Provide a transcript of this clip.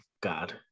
God